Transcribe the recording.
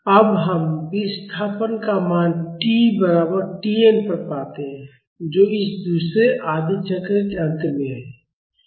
अब हम विस्थापन x का मान t बराबर Tn पर पाते हैं जो इस दूसरे आधे चक्र के अंत में है